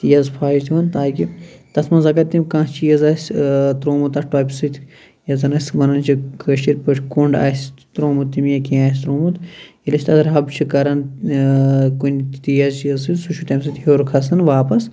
تیز فَش دوان تاکہ تتھ منٛز اگر تٔمۍ کیٚنٛہہ چیٖز آسہِ ترومُت تتھ ٹۄپہِ سۭتۍ یتھ زَن أسۍ وَنان چھِ کأشِر پٲٹھۍ کوٚنٛڑ آسہِ ترومُت تٔمۍ یا کیٚنٛہہ آسہِ ترومُت ییٚلہ أسی تتھ رَب چھِ کران کُنہِ تہِ تیز چیٖزٕ سۭتۍ سُہ چھُ تَمہِ سۭتۍ ہیٚور کَھسان واپس